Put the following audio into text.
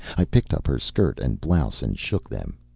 i picked up her skirt and blouse and shook them.